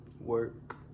Work